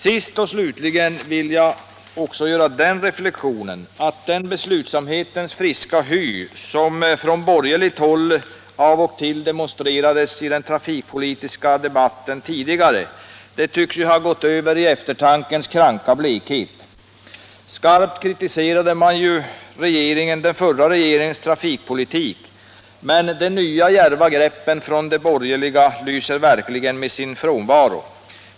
Sist och slutligen vill jag också göra den reflexionen att den beslutsamhetens friska hy som från borgerligt håll av och till demonstrerades i den trafikpolitiska debatten tidigare tycks ha gått över i eftertankens kranka blekhet. Skarpt kritiserade man den förra regeringens politik, men de nya djärva greppen från de borgerliga lyser verkligen med sin frånvaro.